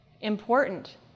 Important